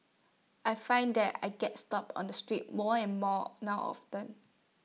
I find that I get stopped on the street more and more now often